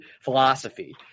philosophy